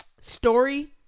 story